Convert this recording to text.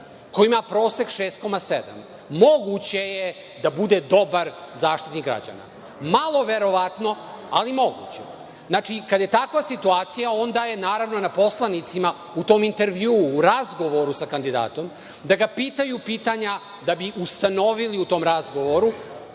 ko ima prosek 6,7 moguće je da bude dobar Zaštitnik građana. Malo verovatno, ali moguće. Kada je takva situacija onda je naravno na poslanicima u tom intervjuu u razgovoru sa kandidatom da ga pitaju pitanja da bi ustanovili u tom razgovoru